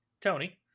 tony